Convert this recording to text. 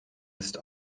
ist